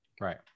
Right